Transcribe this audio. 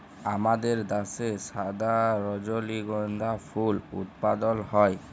আমাদের দ্যাশে সাদা রজলিগন্ধা ফুল উৎপাদল হ্যয়